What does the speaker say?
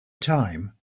time